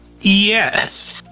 yes